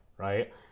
Right